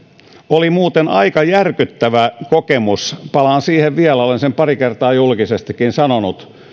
oli muuten aika järkyttävä kokemus palaan siihen vielä olen sen pari kertaa julkisestikin sanonut